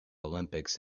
olympics